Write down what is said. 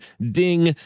DING